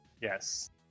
Yes